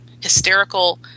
hysterical